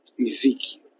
Ezekiel